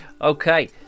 Okay